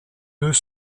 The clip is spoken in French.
deux